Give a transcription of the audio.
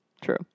True